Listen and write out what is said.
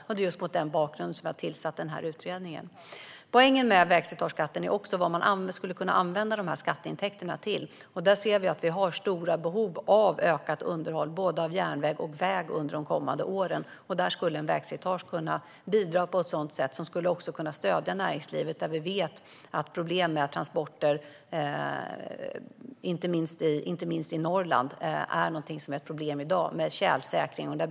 Det är mot just den bakgrunden vi har tillsatt utredningen. En annan poäng med vägslitageskatten är vad skatteintäkterna skulle kunna användas till. Vi har stora behov av ökat underhåll av både järnväg och väg under de kommande åren. En vägslitageskatt skulle kunna bidra på ett sådant sätt att det skulle kunna stödja näringslivet. Vi vet att det, inte minst i Norrland, finns problem med transporter på grund av tjälsäkring i dag.